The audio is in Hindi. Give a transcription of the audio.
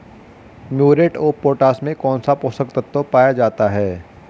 म्यूरेट ऑफ पोटाश में कौन सा पोषक तत्व पाया जाता है?